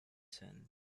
sand